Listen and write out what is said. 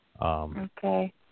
Okay